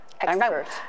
Experts